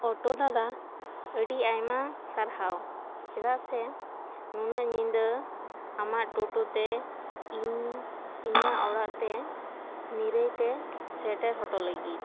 ᱚᱴᱚ ᱫᱟᱫᱟ ᱟᱹᱰᱤ ᱟᱭᱢᱟ ᱥᱟᱨᱦᱟᱣ ᱪᱮᱫᱟᱜ ᱥᱮ ᱱᱩᱱᱟᱹᱜ ᱧᱤᱫᱟᱹ ᱟᱢᱟᱜ ᱴᱚᱴᱚ ᱛᱮ ᱤᱧ ᱤᱧᱟᱹᱜ ᱚᱲᱟᱜ ᱛᱮ ᱱᱤᱨᱟᱹᱭ ᱛᱮ ᱥᱮᱴᱮᱨ ᱦᱚᱴᱚ ᱞᱟᱹᱜᱤᱫ